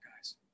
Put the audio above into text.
guys